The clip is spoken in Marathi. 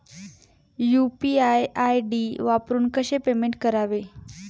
यु.पी.आय आय.डी वापरून कसे पेमेंट करावे?